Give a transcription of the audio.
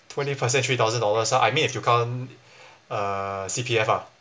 twenty percent three thousand dollars ah I mean if you count uh C_P_F ah